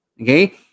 Okay